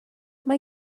mae